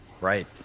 Right